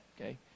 Okay